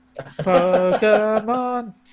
Pokemon